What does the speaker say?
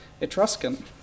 Etruscan